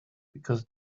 because